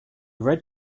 red